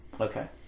Okay